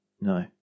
no